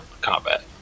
Combat